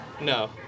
No